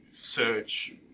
search